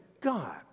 God